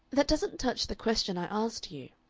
that doesn't touch the question i asked you,